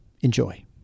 Enjoy